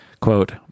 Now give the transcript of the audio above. Quote